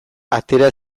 atera